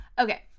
Okay